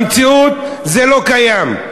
במציאות זה לא קיים.